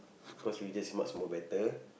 cause religious much more better